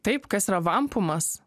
taip kas yra vampumas